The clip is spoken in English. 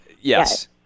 Yes